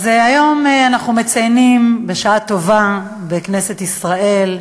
היום אנחנו מציינים, בשעה טובה, בכנסת ישראל,